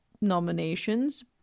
nominations